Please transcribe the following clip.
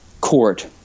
court